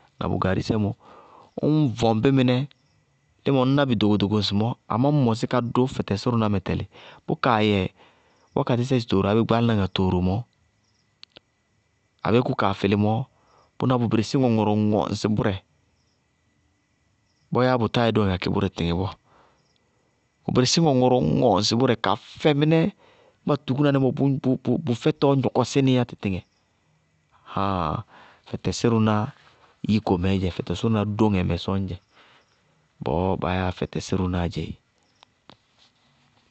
Na bʋ gaarisɛ ññ vʋŋ bí mɩnɛ. Límɔ ŋñná bɩ dogodogo ŋsɩmɔɔ, amá ñŋ mɔsí kadʋ fɛtɛsírʋná mɛ tɛlɩ, bʋkaa yɛ wákatɩsɛ sɩtooro abéé gbaálaná ŋatooro mɔɔ abéé kʋ kaa fɩlɩ mɔɔ, bʋná bʋ bɩrɩsí ŋɔŋɔrɔŋɔ ŋsɩ bʋrɛ. Bɔyáá bʋtáa yɛ dóŋɛ kakɩ bʋrɛ tɩtɩŋɛ bɔɔ. Bʋ bɩrɩsí ŋɔŋɔrɔŋɔ ŋsɩ bʋrɛ mɩnɛ ka fɛ, ñŋ ba tukúna ní mɔ bʋ fɛtɔɔ gnɔkɔsí nɩí yá tɩtɩŋɛ aháaaa fɛtɛsírʋná yíko mɛɛ dzɛ, fɛtɛsírʋná dóŋɛ mɛ sɔññdzɛ. Bʋʋ baa yáa fɛtɛsírʋnáá dzɛ éé.